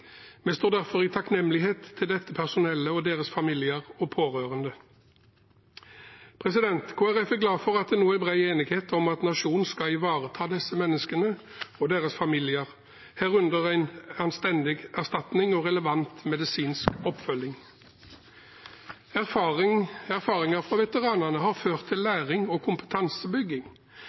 Vi står derfor i takknemlighet til dette personellet og deres familier og pårørende. Kristelig Folkeparti er glad for at det nå er bred enighet om at nasjonen skal ivareta disse menneskene og deres familier, herunder en anstendig erstatning og relevant medisinsk oppfølging. Erfaringer fra veteranene har ført til læring og kompetansebygging.